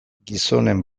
gizonen